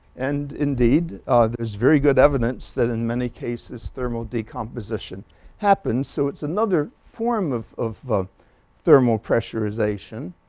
and indeed there's very good evidence that in many cases thermal decomposition happens. so it's another form of of ah thermal pressurization